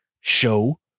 show